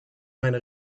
meine